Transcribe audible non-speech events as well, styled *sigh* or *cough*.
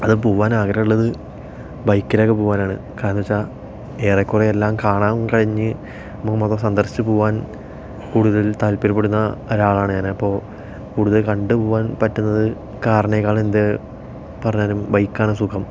അതും പോകാനാഗ്രഹമുള്ളത് ബൈക്കിലൊക്കെ പോകാനാണ് കാരണം എന്ന് വെച്ചാൽ ഏറെകുറേ എല്ലാം കാണാന് കഴിഞ്ഞ് *unintelligible* സന്ദർഷിച്ച് പോകാന് കൂടുതല് താത്പര്യപ്പെടുന്ന ഒരാളാണ് ഞാന് അപ്പോൾ കൂടുതല് കണ്ടു പോകാന് പറ്റുന്നത് കാറിനേക്കാള് എന്ത് പറഞ്ഞാലും ബൈക്ക് ആണ് സുഖം